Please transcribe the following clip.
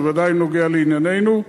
זה ודאי נוגע לענייננו,